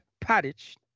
pottage